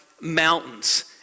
mountains